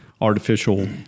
artificial